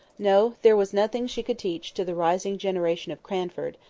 no! there was nothing she could teach to the rising generation of cranford,